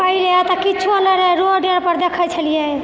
पहिने तऽ किछो नहि रहै रोडेपर देखै छलियै